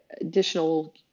additional